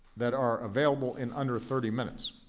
that are available in under thirty minutes.